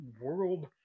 world